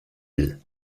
isle